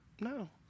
No